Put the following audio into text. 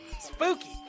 Spooky